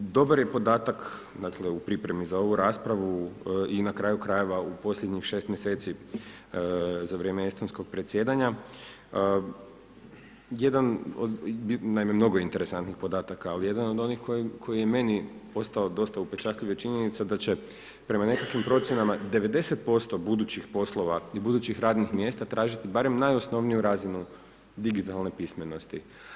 Dobar je podatak, dakle u pripremi za ovu raspravu i na kraju krajeva u posljednjih 6 mjeseci, za vrijeme estonskog predsjedanja, jedan, naime mnogo interesantnih podataka, ali jedan od onih koji je meni, ostao dosta upečatljiv, je činjenica da će, prema nekakvih procjenama 90% budućih poslova i budućih radnih mjesta, tražiti barem najosnovniju razinu digitalne pismenosti.